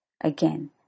Again